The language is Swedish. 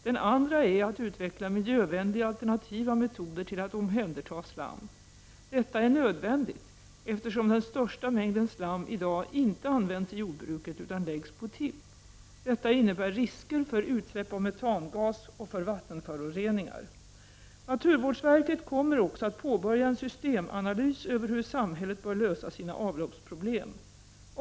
Den andra är att utveckla miljövänliga, alternativa metoder för att omhänderta slam. Detta är nödvändigt, eftersom den största mängden slam i dag inte används i jordbruket utan läggs på tipp. Detta innebär risker för utsläpp av metangas och för vattenföroreningar. Naturvårdsverket kommer också att påbörja en systemanalys av hur samhället bör lösa sina avloppsproblem.